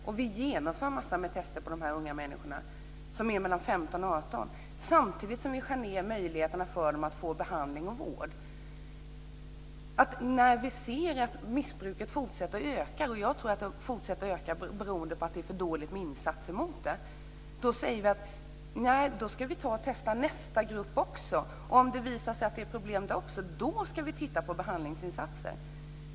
Nu genomför vi en massa tester på de här unga människorna mellan 15 och 18 år. Samtidigt skär vi ned möjligheterna för dem att få behandling och vård. Vi ser att missbruket fortsätter att öka. Jag tror att det fortsätter att öka beroende på att det är för dåligt med insatser mot det. Då säger vi att vi ska testa nästa grupp också. Om det visar sig att det finns problem där också ska vi titta på behandlingsinsatser.